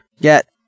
get